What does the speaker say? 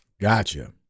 Gotcha